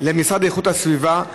למשרד לאיכות הסביבה,